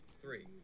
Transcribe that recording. three